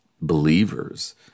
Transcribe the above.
believers